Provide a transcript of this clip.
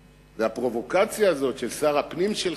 ככה, והפרובוקציה הזאת של שר הפנים שלך,